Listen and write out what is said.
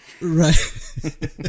Right